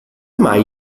mai